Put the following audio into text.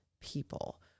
people